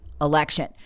election